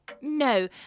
No